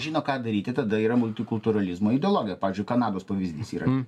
žino ką daryti tada yra multikultūralizmo ideologija pavyzdžiui kanados pavyzdys yra